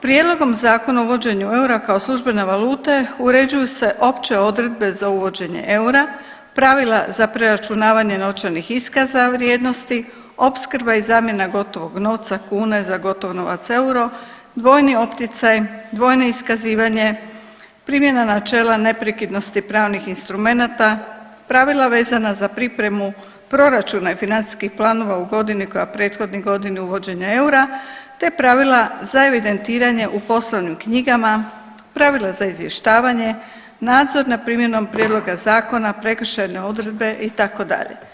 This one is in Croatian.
Prijedlogom zakona o uvođenju eura kao službene valute uređuju se opće odredbe za uvođenje eura, pravila za preračunavanje novčanih iskaza vrijednosti, opskrba i zamjena gotovog novca kune za gotov novac euro, dvojni opticaj, dvojno iskazivanje, primjena načela neprekidnosti pravnih instrumenata, pravila vezana za pripremu proračuna i financijskih planova u godini koja prethodi godini uvođenju eura te pravila za evidentiranje u poslovnim knjigama, pravila za izvještavanje, nadzor nad primjenom prijedloga zakona, prekršajne odredbe itd.